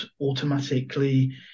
automatically